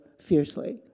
fiercely